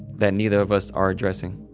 that neither of us are addressing.